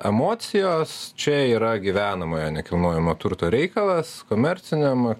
emocijos čia yra gyvenamojo nekilnojamo turto reikalas komerciniam